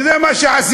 וזה מה שעשיתם,